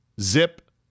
Zip